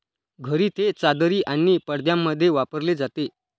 घरी ते चादरी आणि पडद्यांमध्ये वापरले जाते